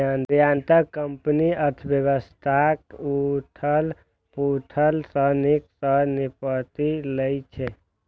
निर्यातक कंपनी अर्थव्यवस्थाक उथल पुथल सं नीक सं निपटि लै छै